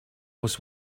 was